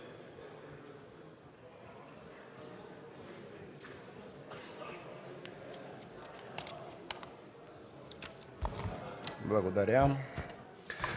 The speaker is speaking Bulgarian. Благодаря.